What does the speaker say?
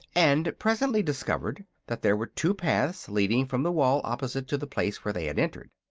and presently discovered that there were two paths leading from the wall opposite to the place where they had entered.